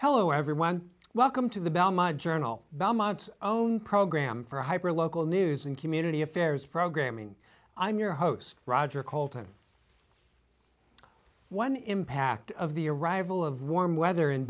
hello everyone welcome to the bell my journal belmont's own program for hyper local news and community affairs programming i'm your host roger coulton one impact of the arrival of warm weather in